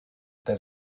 there